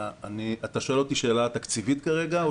אתה שואל אותי שאלה תקציבית כרגע,